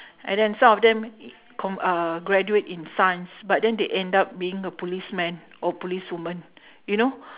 and then some of them i~ co~ uh graduate in science but they end up being a policeman or policewoman you know